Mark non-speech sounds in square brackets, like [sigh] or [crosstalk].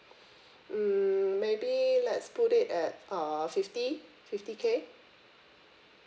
[breath] mm maybe let's put it at uh fifty fifty K